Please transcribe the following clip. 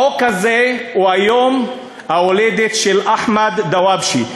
החוק הזה הוא ביום-ההולדת של אחמד דוואבשה.